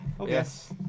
Yes